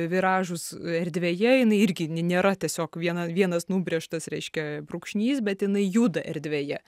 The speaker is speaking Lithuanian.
viražus erdvėje jinai irgi nė nėra tiesiog viena vienas nubrėžtas reiškia brūkšnys bet jinai juda erdvėje